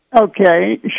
Okay